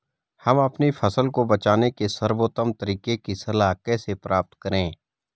हम अपनी फसल को बचाने के सर्वोत्तम तरीके की सलाह कैसे प्राप्त करें?